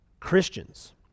Christians